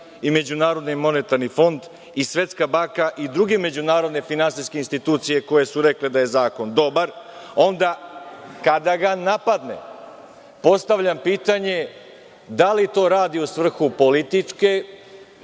i Međunarodni monetarni fond, i Svetska banka i druge međunarodne finansijske institucije, koje su rekle da je zakon dobar, onda kada ga napadne postavljam pitanje – da li to radi u svrhu političke